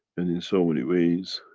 and in so many ways,